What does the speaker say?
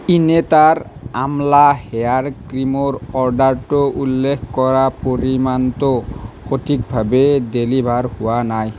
ইনেটাৰ Amla hair ক্ৰীমৰ অৰ্ডাৰটোত উল্লেখ কৰা পৰিমাণটো সঠিকভাৱে ডেলিভাৰ হোৱা নাই